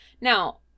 Now